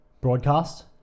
broadcast